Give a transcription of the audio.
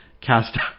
cast